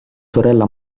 sorella